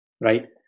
right